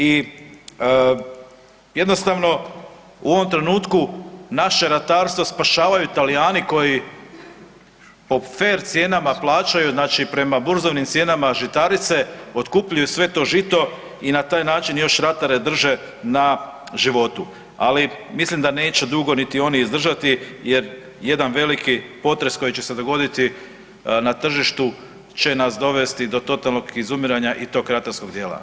I jednostavno u ovom trenutku naše ratarstvo spašavaju Talijani koji po fer cijenama plaćaju, znači prema burzovnim cijenama, žitarice, otkupljuju sve to žito i na taj način još ratare drže na životu, ali mislim da neće dugo niti oni izdržati jer jedan veliki potres koji će se dogoditi na tržištu će nas dovesti do totalnog izumiranja i to kraterskog dijela.